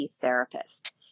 therapist